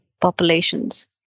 populations